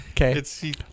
Okay